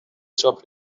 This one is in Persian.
چاپ